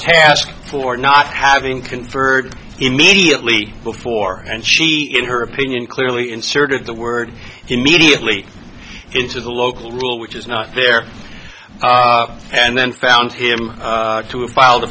task for not having conferred immediately before and she in her opinion clearly inserted the word immediately into the local rule which is not there and then found him to a file